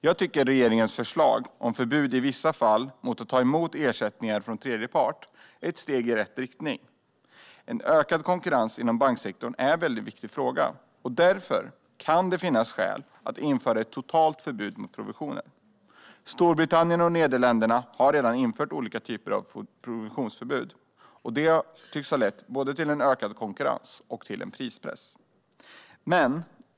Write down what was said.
Jag tycker att regeringens förslag om förbud, i vissa fall, mot att ta emot ersättningar från tredje part är ett steg i rätt riktning. En ökad konkurrens inom banksektorn är en mycket viktig fråga, och därför kan det finnas skäl att införa ett totalt förbud mot provisioner. Storbritannien och Nederländerna har redan infört olika typer av provisionsförbud. Detta tycks ha lett både till en ökad konkurrens och till en prispress.